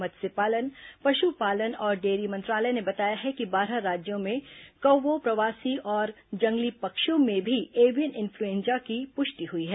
मत्स्य पालन पशुपालन और डेयरी मंत्रालय ने बताया है कि बारह राज्यों में कौवों प्रवासी और जंगली पक्षियों में भी एवियन इन्फ्लुएंजा की पुष्टि हुई है